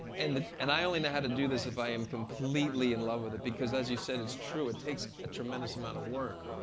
and and i only know how to do this if i am completely in love with it. because, as you said, it's true. it takes a tremendous amount of work.